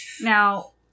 Now